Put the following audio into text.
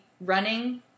running